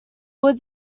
was